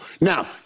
Now